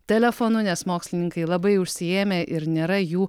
telefonu nes mokslininkai labai užsiėmę ir nėra jų